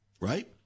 right